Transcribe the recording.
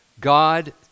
God